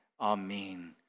Amen